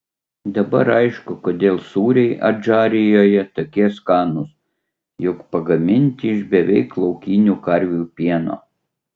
dabar aišku kodėl sūriai adžarijoje tokie skanūs juk pagaminti iš beveik laukinių karvių pieno